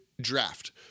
draft